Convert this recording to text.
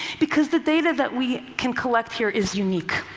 because the data that we can collect here is unique.